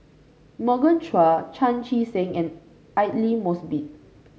Morgan Chua Chan Chee Seng and Aidli Mosbit